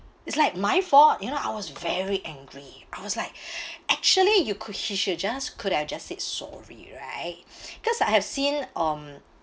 it's like my fault you know I was very angry I was like actually you could she should just could have just said sorry right cause I have seen um